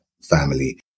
family